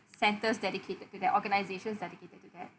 centres dedicated to their organisations dedicated to that